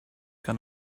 gone